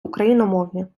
україномовні